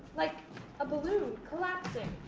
like a balloon collapsing.